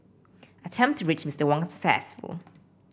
attempt to reach Mister Wang's successful